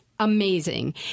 Amazing